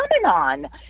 phenomenon